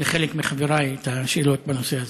לחלק מחברי את השאלות בנושא הזה.